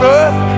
earth